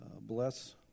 bless